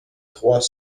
trois